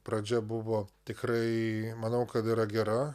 pradžia buvo tikrai manau kad yra gera